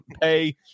pay